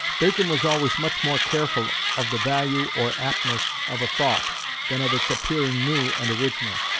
bacon was always much more careful of the value or aptness of a thought than of its appearing new and original.